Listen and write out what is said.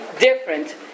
different